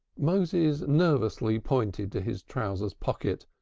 moses nervously pointed to his trousers pocket,